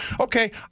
okay